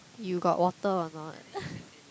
you got water or not